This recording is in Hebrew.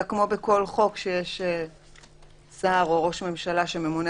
אלא כמו בכל חוק שיש שר או ראש ממשלה שממונה